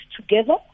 together